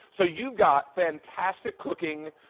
so you've got fantastic cooking.